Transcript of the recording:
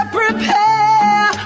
prepare